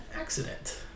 accident